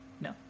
no